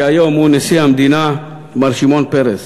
שהיום הוא נשיא המדינה, מר שמעון פרס.